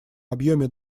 объеме